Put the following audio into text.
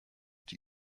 die